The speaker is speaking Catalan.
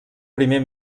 primer